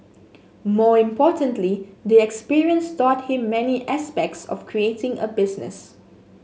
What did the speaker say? more importantly the experience taught him many aspects of creating a business